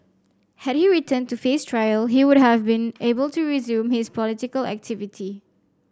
had he returned to face trial he would have been able to resume his political activity